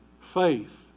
Faith